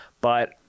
But-